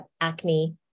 acne